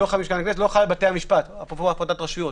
זה לא חל גם על בתי המשפט, אפרופו הפרדת רשויות.